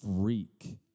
freak